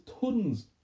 tons